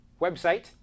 website